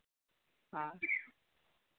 ᱚ